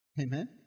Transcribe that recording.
Amen